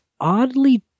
oddly